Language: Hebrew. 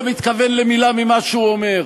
לא מתכוון למילה ממה שהוא אומר.